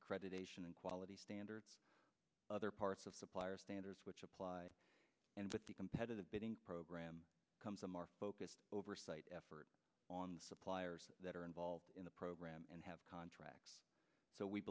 accreditation and quality standards other parts of supplier standards which apply and what the competitive bidding program comes a more focused oversight effort on suppliers that are involved in the program and have contracts so we